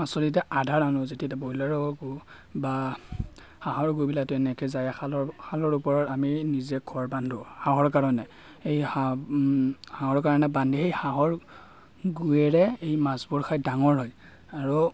মাছৰ এতিয়া আধাৰ আনো যেতিয়া ব্ৰইলাৰ হওক বা হাঁহৰ গু বিলাক এনেকে যায় খালৰ খালৰ ওপৰত আমি নিজে ঘৰ বান্ধো হাঁহৰ কাৰণে এই হাঁহ হাঁহৰ কাৰণে বান্ধি সেই হাঁহৰ গুৱেৰে এই মাছবোৰ খাই ডাঙৰ হয় আৰু